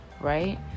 right